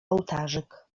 ołtarzyk